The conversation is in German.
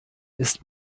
ist